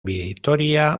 vitoria